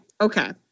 Okay